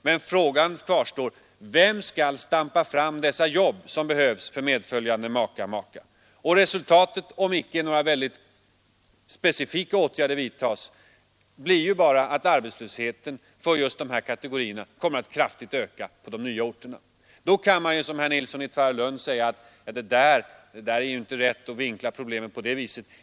Men frågan kvarstår: Vem skall skaffa de jobb som behövs för medföljande make/maka? Resultatet — om inte alldeles speciella åtgärder vidtas — blir att arbetslösheten för just denna kategori kommer att öka kraftigt på de nya orterna. Då kan man som herr Nilsson i Tvärålund säga: ”Det är inte rätt att vinkla problemet på det viset.